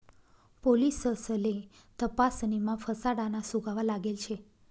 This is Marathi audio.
पोलिससले तपासणीमा फसाडाना सुगावा लागेल शे